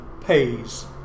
pays